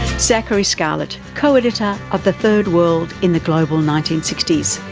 zachary scarlett, co-editor of the third world in the global nineteen sixty s.